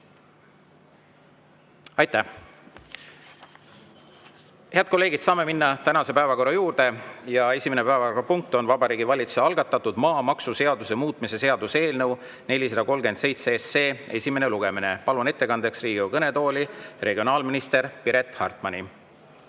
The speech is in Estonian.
Aitäh! Head kolleegid, saame minna tänase päevakorra juurde. Esimene päevakorrapunkt on Vabariigi Valitsuse algatatud maamaksuseaduse muutmise seaduse eelnõu 437 esimene lugemine. Palun ettekandeks Riigikogu kõnetooli regionaalminister Piret Hartmani.